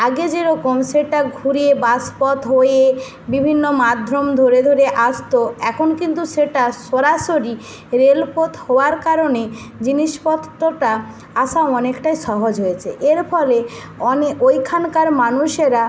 আগে যেরকম সেটা ঘুরে বাস পথ হয়ে বিভিন্ন মাধ্যম ধরে ধরে আসতো এখন কিন্তু সেটা সরাসরি রেলপথ হওয়ার কারণে জিনিসপত্রটা আসা অনেকটাই সহজ হয়েছে এর ফলে অনে ওইখানকার মানুষেরা